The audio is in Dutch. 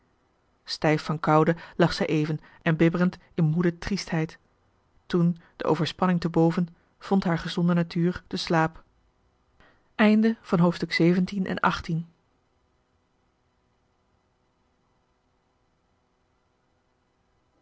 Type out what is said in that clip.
van koude lag zij even en bibberend in moede triestheid toen de overspanning te boven vond haar gezonde natuur den slaap